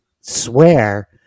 swear